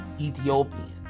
Ethiopian